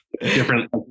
different